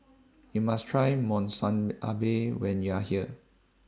YOU must Try Monsunabe when YOU Are here